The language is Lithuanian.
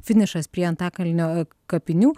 finišas prie antakalnio kapinių